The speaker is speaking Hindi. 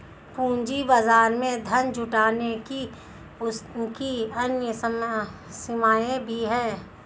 पूंजी बाजार में धन जुटाने की उनकी अन्य सीमाएँ भी हैं